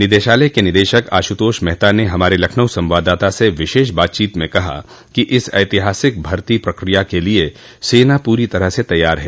निदेशालय के निदेशक आशुतोष मेहता ने हमारे लखनऊ संवाददाता से विशेष बातचीत म कहा कि इस ऐतिहासिक भर्ती प्रक्रिया के लिए सेना पूरी तरह से तैयार है